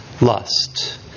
lust